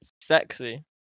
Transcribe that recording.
sexy